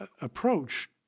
approach